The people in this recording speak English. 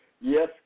Yes